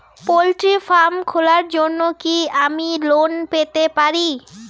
Poultry farm খোলার জন্য কি আমি লোন পেতে পারি?